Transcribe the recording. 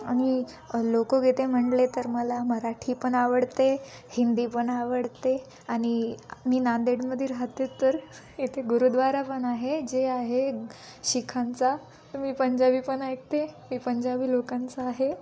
आणि लोकगीते म्हणाल तर मला मराठी पण आवडते हिंदी पण आवडते आणि मी नांदेडमध्ये राहते तर इथे गुरुद्वारा पण आहे जे आहे शिखांचा मी पंजाबी पण ऐकते मी पंजाबी लोकांचं आहे